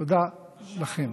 תודה לכם.